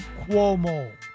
Cuomo